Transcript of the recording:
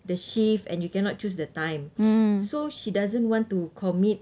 the shift and you cannot choose the time so she doesn't want to commit